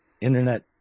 internet